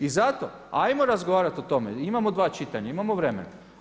I zato hajmo razgovarat o tome, imamo dva čitanja, imamo vremena.